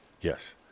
Yes